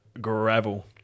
Gravel